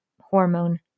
hormone